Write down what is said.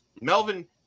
melvin